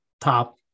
top